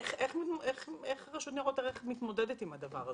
איך רשות ניירות ערך מתמודדת עם הדבר הזה?